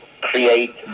create